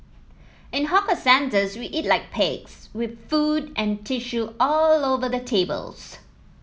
in hawker centres we eat like pigs with food and tissue all over the tables